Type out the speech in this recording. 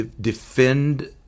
defend